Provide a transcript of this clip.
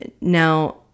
Now